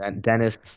Dennis